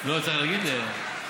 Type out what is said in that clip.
לא, צריך להגיד לי.